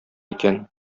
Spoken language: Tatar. икән